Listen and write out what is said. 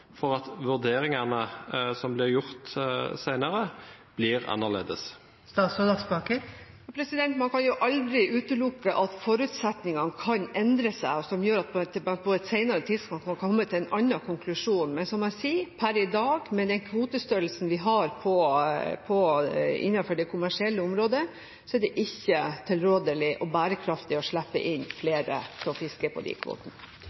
for at vurderingene som blir gjort senere, blir annerledes? Man kan aldri utelukke at forutsetningene kan endre seg, som gjør at man på et senere tidspunkt kan komme til en annen konklusjon. Men som jeg sier: Per i dag, med den kvotestørrelsen vi har innenfor det kommersielle området, er det ikke tilrådelig og bærekraftig å slippe inn flere for å fiske på de kvotene.